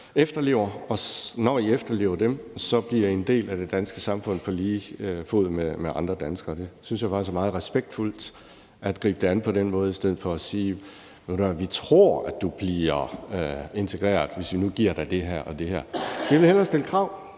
når I efterlever dem, bliver I en del af det danske samfund på lige fod med andre danskere. Jeg synes faktisk, det er meget respektfuldt at gribe det an på den måde i stedet for at sige: Ved du hvad, vi tror, at du bliver integreret, hvis vi nu giver dig det her og det her. Vi vil hellere stille krav.